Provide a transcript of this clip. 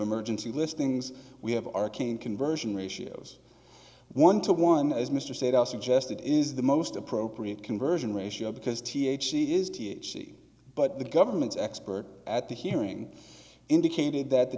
emergency listings we have arcane conversion ratios one to one as mr said are suggested is the most appropriate conversion ratio because t h c is t h c but the government's expert at the hearing indicated that the